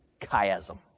chiasm